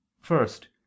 First